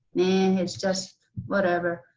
nah, it's just whatever.